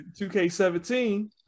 2K17